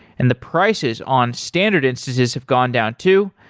and the prices on standard instances have gone down too.